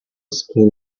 skin